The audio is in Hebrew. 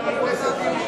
חבר הכנסת טיבי,